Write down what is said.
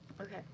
okay